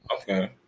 Okay